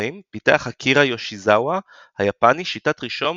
פיתח אקירה יושיזאווה היפני שיטת רישום